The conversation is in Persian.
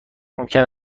ممکن